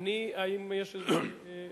האם יש איזו